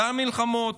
אותן מלחמות,